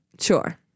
Sure